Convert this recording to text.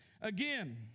Again